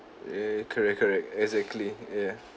err correct correct exactly ya